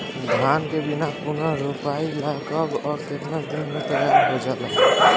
धान के बिया पुनः रोपाई ला कब और केतना दिन में तैयार होजाला?